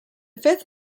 fifth